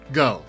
go